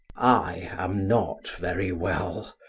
i am not very well.